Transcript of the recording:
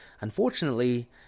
unfortunately